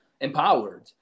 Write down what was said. empowered